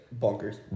Bonkers